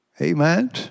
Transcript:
Amen